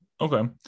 Okay